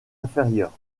inférieure